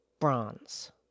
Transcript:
Bronze